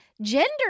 gender